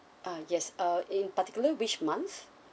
ah yes uh in particular which month